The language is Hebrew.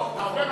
לא בכל מקרה.